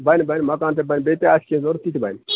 بَنہِ بَنہِ مکان تہِ بَنہِ بیٚیہِ ما آسہِ کیٚنٛہہ ضرورت تِتہِ بَنہِ